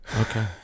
Okay